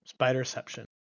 Spiderception